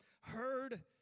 heard